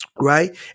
right